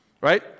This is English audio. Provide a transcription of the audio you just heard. Right